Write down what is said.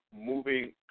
Moving